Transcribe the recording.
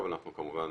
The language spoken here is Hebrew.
אבל אנחנו כמובן,